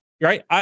right